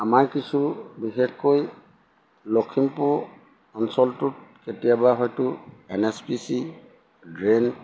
আমাৰ কিছু বিশেষকৈ লখিমপুৰ অঞ্চলটোত কেতিয়াবা হয়তো N S P C drain